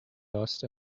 lost